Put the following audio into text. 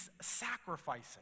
sacrificing